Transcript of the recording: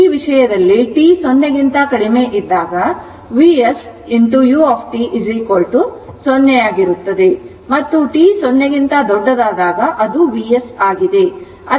ಈ ವಿಷಯದಲ್ಲಿ t 0 ಕ್ಕಿಂತ ಕಡಿಮೆ ಇದ್ದಾಗ Vs u 0 ಗೆ ಸಮಾನವಾಗಿರುತ್ತದೆ ಮತ್ತು t 0 ಗಿಂತ ದೊಡ್ಡದಾದಾಗ ಅದು Vs ಆಗಿದೆ